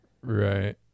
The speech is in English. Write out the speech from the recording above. right